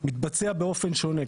מתבצע באופן שונה.